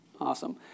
Awesome